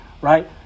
Right